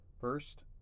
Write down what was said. First